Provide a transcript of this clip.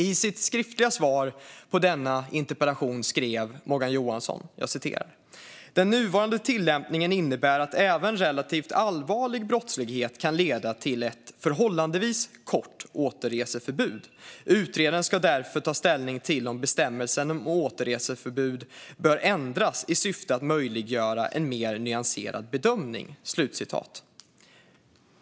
I sitt skriftliga svar på denna interpellation säger Morgan Johansson: "Den nuvarande tillämpningen innebär att även relativt allvarlig brottslighet kan leda till ett förhållandevis kort återreseförbud. Utredaren ska därför ta ställning till om bestämmelsen om återreseförbud bör ändras i syfte att möjliggöra en mer nyanserad bedömning."